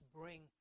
bring